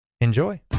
Enjoy